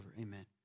Amen